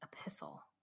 epistle